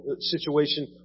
situation